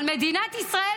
אבל מדינת ישראל,